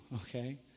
okay